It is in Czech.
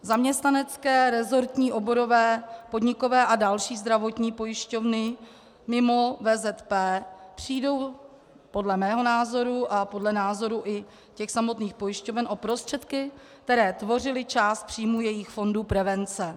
Zaměstnanecké, resortní, oborové, podnikové a další zdravotní pojišťovny mimo VZP přijdou podle mého názoru a podle názoru samotných pojišťoven o prostředky, které tvořily část příjmů jejich fondu prevence.